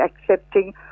accepting